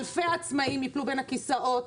אלפי עצמאים יפלו בין הכיסאות,